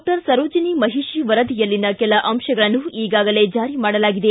doctor Sarojini Mahishi ವರದಿಯಲ್ಲಿನ ಕೆಲ ಅಂಶಗಳನ್ನು ಈಗಾಗಲೇ ಜಾರಿ ಮಾಡಲಾಗಿದೆ